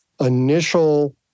initial